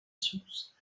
source